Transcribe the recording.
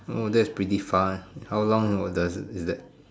oh that's pretty fast how long does is that